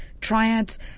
triads